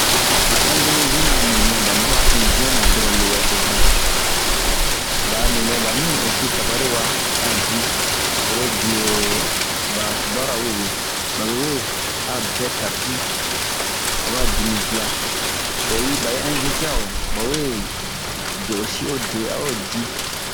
Ba ɛndonisiɛn ra a nin nɛ ba ma ɛndiɛn ra lowɛ beza. Ba'a ni nɛ ba mi ɛsi tabari wa a dii, oro bio ba tuba ra we we, babe we a bɛ tapi, aba dii mi dia. Oyi ,bayi ɛnvitea o,ba we be'osi ode a o dii.